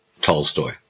Tolstoy